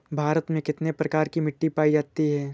भारत में कितने प्रकार की मिट्टी पाई जाती है?